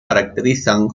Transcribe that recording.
caracterizan